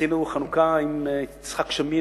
חנוכה עם יצחק שמיר,